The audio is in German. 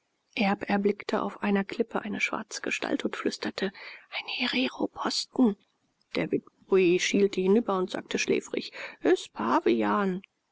erblickte auf einer klippe eine schwarze gestalt und flüsterte ein hereroposten der witboi schielte hinüber und sagte schläfrig is pavian